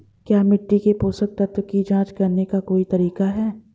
क्या मिट्टी से पोषक तत्व की जांच करने का कोई तरीका है?